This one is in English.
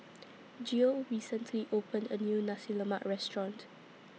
Geo recently opened A New Nasi Lemak Restaurant